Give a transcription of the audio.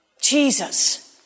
Jesus